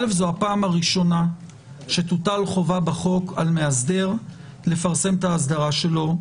זו הפעם הראשונה שתוטל חובה בחוק על מאסדר לפרסם את האסדרה שלו.